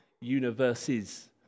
universes